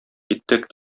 киттек